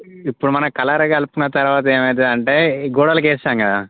ఇప్పుడు మన కలర్ కలిపిన తర్వాత ఏమవుతుందంటే గోడలకి వేస్తాం కదా